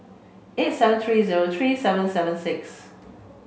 eight seven three zero three seven seven six